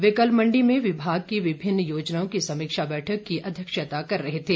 वे कल मंडी में विभाग की विभिन्न योजनाओं की समीक्षा बैठक की अध्यक्षता कर रहे थे